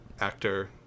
actor